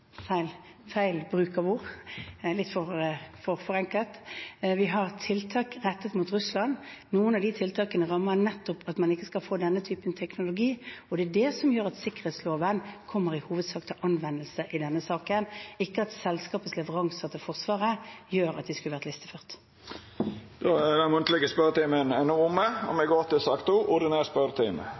feil bruk av ord, litt for forenklet. Vi har tiltak rettet mot Russland. Noen av de tiltakene rammer nettopp at man ikke skal få denne typen teknologi, og det er det som gjør at sikkerhetsloven kommer i hovedsak til anvendelse i denne saken, ikke at selskapets leveranser til Forsvaret gjør at de skulle vært listeført. Då er den munnlege spørjetimen omme. Det vert nokre endringar i den oppsette spørsmålslista, og presidenten viser i den samanhengen til